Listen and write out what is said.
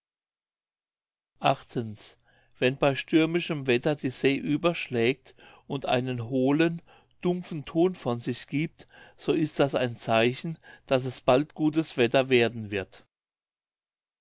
wenn bei stürmischem wetter die see überschlägt und einen hohlen dumpfen ton von sich giebt so ist das ein zeichen daß es bald gutes wetter werden wird